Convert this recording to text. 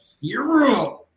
hero